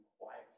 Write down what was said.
quiet